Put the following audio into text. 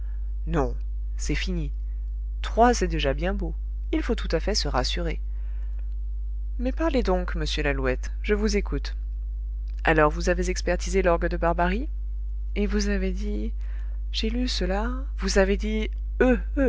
non c'est fini trois c'est déjà bien beau il faut tout à fait se rassurer mais parlez donc monsieur lalouette je vous écoute alors vous avez expertisé l'orgue de barbarie et vous avez dit j'ai lu cela vous avez dit euh